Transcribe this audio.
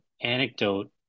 anecdote